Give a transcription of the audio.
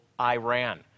Iran